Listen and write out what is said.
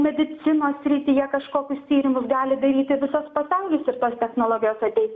medicinos srityje kažkokius tyrimus gali daryti visas pasaulis ir tos technologijos tai